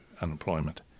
unemployment